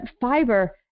fiber